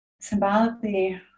Symbolically